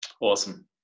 Awesome